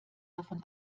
davon